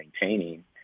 maintaining –